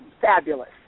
fabulous